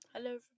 Hello